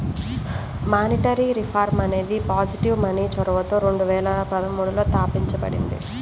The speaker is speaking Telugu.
మానిటరీ రిఫార్మ్ అనేది పాజిటివ్ మనీ చొరవతో రెండు వేల పదమూడులో తాపించబడింది